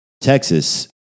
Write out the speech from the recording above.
Texas